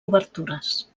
obertures